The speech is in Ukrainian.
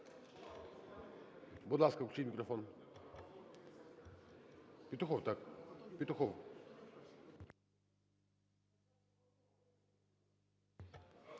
Будь ласка, включіть мікрофон. Петухов, так. Петухов.